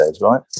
right